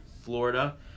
Florida